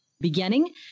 beginning